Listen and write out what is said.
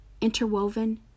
interwoven